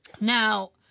Now